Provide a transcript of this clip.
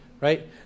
right